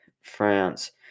France